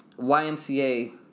YMCA